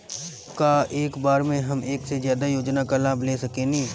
का एक बार में हम एक से ज्यादा योजना का लाभ ले सकेनी?